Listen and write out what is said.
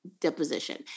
deposition